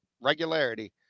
regularity